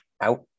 out